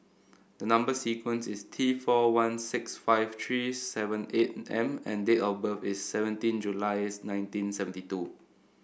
the number sequence is T four one six five three seven eight M and date of birth is seventeen nineteen seventy two